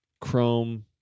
Chrome